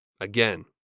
Again